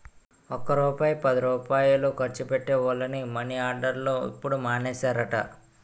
ఒక్క రూపాయి పదిరూపాయలు ఖర్చు పెట్టే వోళ్లని మని ఆర్డర్లు ఇప్పుడు మానేసారట